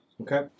Okay